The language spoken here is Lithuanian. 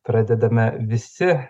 pradedame visi